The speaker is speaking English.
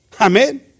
Amen